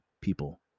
people